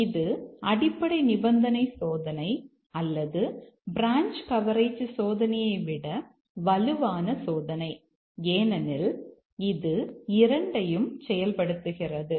எனவே இது அடிப்படை நிபந்தனை சோதனை அல்லது பிரான்ச் கவரேஜ் சோதனையை விட வலுவான சோதனை ஏனெனில் இது இரண்டையும் செயல்படுத்துகிறது